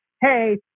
Hey